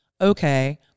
okay